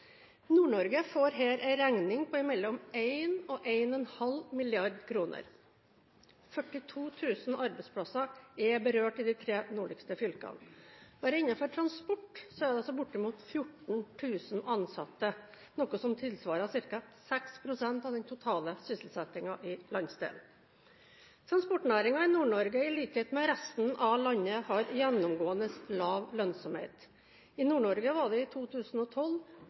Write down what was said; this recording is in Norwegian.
regning på mellom 1 og 1,5 mrd. kr. 42 000 arbeidsplasser er berørt i de tre nordligste fylkene. Bare innenfor transport er det bortimot 14 000 ansatte, noe som tilsvarer ca. 6 pst. av den totale sysselsettingen i landsdelen. Transportnæringen i Nord-Norge – i likhet med resten av landet – har gjennomgående lav lønnsomhet. I Nord-Norge var det i 2012